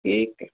ਠੀਕ ਹੈ